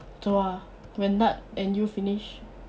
走啊 when nad and you finish